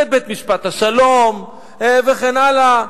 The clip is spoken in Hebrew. ואת בית-משפט השלום וכן הלאה,